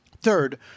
Third